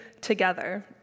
together